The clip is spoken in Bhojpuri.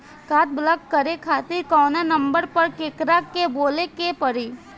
काड ब्लाक करे खातिर कवना नंबर पर केकरा के बोले के परी?